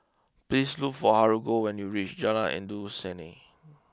please look for Haruko when you reach Jalan Endut Senin